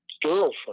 girlfriend